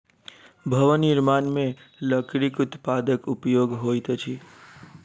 भवन निर्माण मे लकड़ीक उत्पादक उपयोग होइत अछि